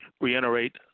reiterate